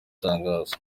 amatangazo